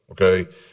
okay